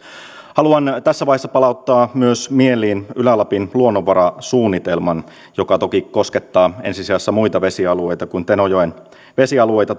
haluan tässä vaiheessa palauttaa myös mieliin ylä lapin luonnonvarasuunnitelman joka toki koskettaa ensi sijassa muita vesialueita kuin tenojoen vesialueita